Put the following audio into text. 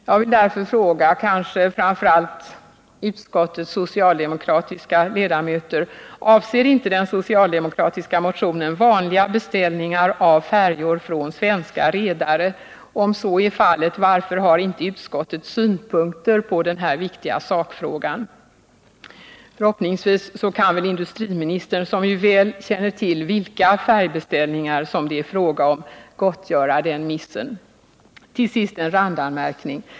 Jag vill därför fråga kanske framför allt utskottets socialdemokratiska ledamöter: Avser inte den socialdemokratiska motionen vanliga beställningar av färjor från svenska redare? Om så är fallet, varför har inte utskottet synpunkter på den här viktiga sakfrågan? Förhoppningsvis kan industriministern, som ju väl känner till vilka färjbeställningar som det är fråga om, gottgöra den missen. Till sist en randanmärkning.